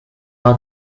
kau